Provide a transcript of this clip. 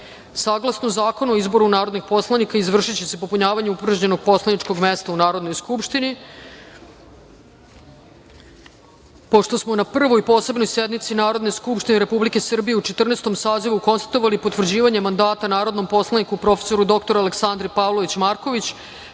ostavke. Saglasno Zakonu o izboru narodnih poslanika, izvršiće se popunjavanje upražnjenog poslaničkog mesta u Narodnoj skupštini. Pošto smo na Prvoj posebnoj sednici Narodne skupštine Republike Srbije u Četrnaestom sazivu konstatovali potvrđivanje mandata narodnom poslaniku prof. dr Aleksandri Pavlović Marković,